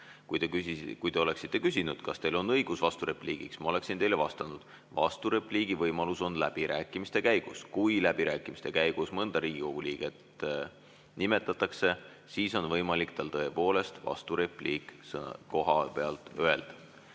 Kui te oleksite küsinud, kas teil on õigus vasturepliigiks, ma oleksin teile vastanud: vasturepliigi võimalus on läbirääkimiste käigus. Kui läbirääkimiste käigus mõnda Riigikogu liiget nimetatakse, siis on võimalik tal tõepoolest vasturepliik kohapealt öelda,